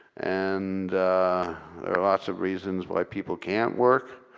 and there are lost of reasons why people can't work.